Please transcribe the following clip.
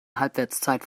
halbwertszeit